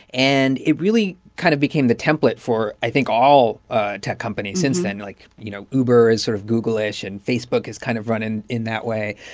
and it really kind of became the template for, i think, all ah tech companies since then. like, you know, uber is sort of google-ish. and facebook is kind of run in in that way.